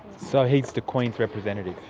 so he's the queen's representative.